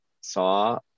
saw